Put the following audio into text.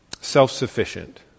self-sufficient